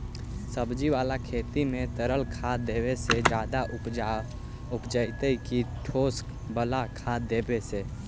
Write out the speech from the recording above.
सब्जी बाला खेत में तरल खाद देवे से ज्यादा उपजतै कि ठोस वाला खाद देवे से?